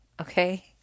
Okay